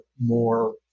more